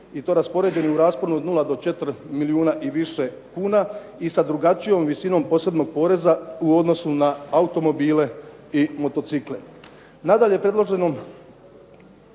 i to raspoređeni u rasponu od 0 do 4 milijuna i više kuna i sa drugačijom visinom posebnog poreza u odnosu na automobile i motocikle.